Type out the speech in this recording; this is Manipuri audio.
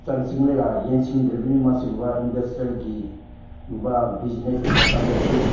ꯆꯪꯁꯤꯜꯂꯒ ꯌꯦꯡꯁꯤꯟꯗ꯭ꯔꯕꯅꯤ ꯃꯁꯤꯒꯨꯝꯕ ꯏꯟꯗꯁꯇ꯭ꯔꯤꯌꯦꯜꯒꯤ ꯒꯨꯝꯕ ꯕꯤꯖꯤꯅꯦꯖꯀꯤ ꯃꯇꯝꯗꯁꯨ